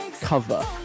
cover